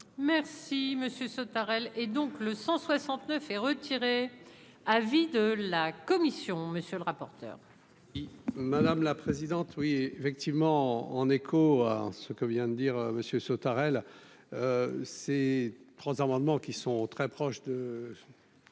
monsieur Sautarel et donc le 169 et retiré avis de la commission, monsieur le rapporteur. Madame la présidente, oui effectivement, en écho à ce que vient de dire monsieur Sautarel ces trois amendements qui sont très proches de